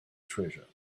treasure